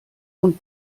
und